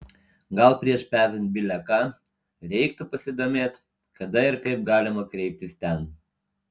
gal prieš pezant bile ką reiktų pasidomėt kada ir kaip galima kreiptis ten